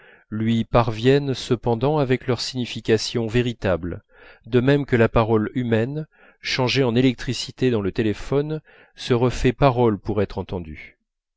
lui parviennent cependant avec leur signification véritable de même que la parole humaine changée en électricité dans le téléphone se refait parole pour être entendue